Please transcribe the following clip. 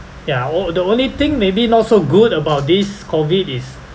ya oh the only thing maybe not so good about this COVID is